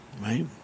right